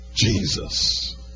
Jesus